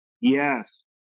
Yes